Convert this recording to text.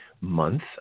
month